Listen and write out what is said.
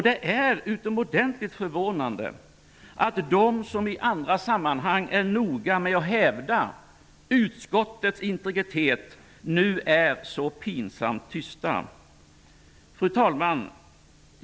Det är utomordentligt förvånande att de som i andra sammanhang är noga med att hävda utskottets integritet nu är så pinsamt tysta. Fru talman!